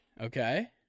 Okay